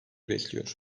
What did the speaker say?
bekliyor